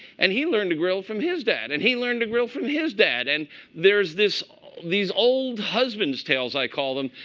and he learned to grill from his dad. and he learned to grill from his dad. and there's these old husband's tales, i call them,